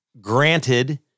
Granted